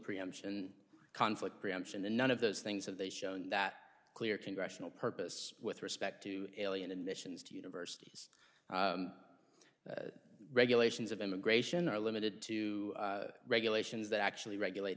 preemption and conflict preemption and none of those things that they show that clear congressional purpose with respect to alien admissions to universities regulations of immigration are limited to regulations that actually regulate